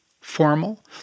formal